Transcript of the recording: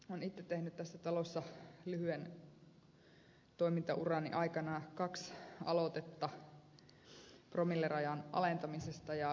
olen itse tehnyt tässä talossa lyhyen toimintaurani aikana kaksi aloitetta promillerajan alentamisesta